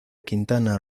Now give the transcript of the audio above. quintana